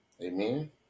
Amen